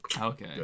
okay